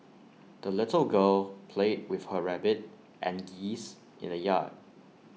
the little girl played with her rabbit and geese in the yard